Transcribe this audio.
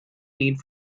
need